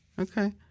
Okay